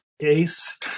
Case